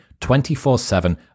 24-7